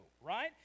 right